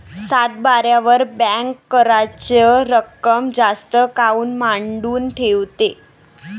सातबाऱ्यावर बँक कराच रक्कम जास्त काऊन मांडून ठेवते?